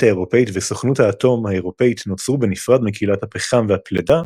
האירופית וסוכנות האטום האירופית נוצרו בנפרד מקהילת הפחם והפלדה,